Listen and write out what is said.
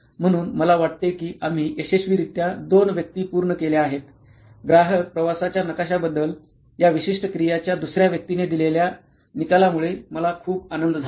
म्हणून मला वाटते की आम्ही यशस्वीरीत्या 2 व्यक्ती पूर्ण केल्या आहेत ग्राहक प्रवासाच्या नकाशाबद्दल या विशिष्ट क्रियाच्या दुसऱ्या व्यक्तीने दिलेल्या निकालांमुळे मला खूप आनंद झाला आहे